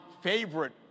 favorite